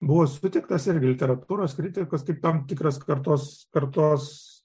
buvo sutiktas irgi literatūros kritikos kaip tam tikros kartos kartos